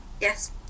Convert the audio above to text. Yes